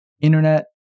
internet